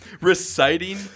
reciting